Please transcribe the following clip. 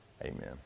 Amen